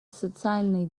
социальные